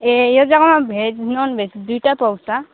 ए यो जग्गामा भेज ननभेज दुईवटा पाउँछ